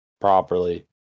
properly